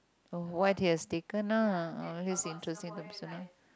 oh what he has taken ah oh that's interesting the personal